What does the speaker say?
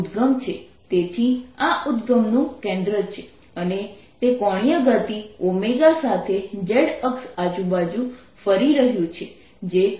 તેથી આ ઉદ્દગમનું કેન્દ્ર છે અને તે કોણીય ગતિ સાથે z અક્ષ આજુબાજુ ફેરી રહ્યું છે જે z છે